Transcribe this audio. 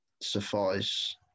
suffice